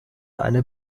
eine